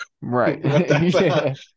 Right